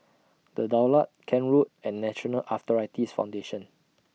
The Daulat Kent Road and National Arthritis Foundation